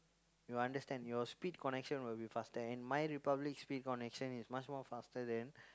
you understand your speed connection will be faster and My-Republic speed connection is much more faster than